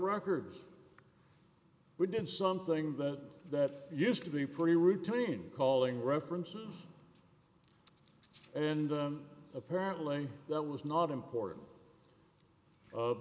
records we did something that that used to be pretty routine calling references and i'm apparently that was not important